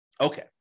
Okay